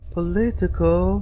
Political